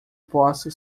possa